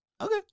Okay